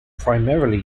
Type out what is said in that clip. primarily